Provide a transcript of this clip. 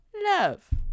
love